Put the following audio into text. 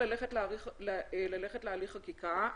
לחוק השב"כ.